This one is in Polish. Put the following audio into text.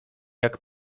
jak